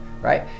right